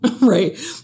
right